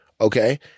okay